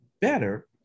better